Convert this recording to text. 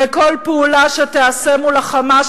וכל פעולה שתיעשה מול ה"חמאס",